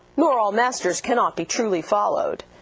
nor all masters cannot be truly followed.